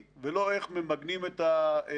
ואז נקבעה תוכנית ויצאנו לחומת מגן.